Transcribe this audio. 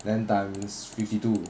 then times fifty two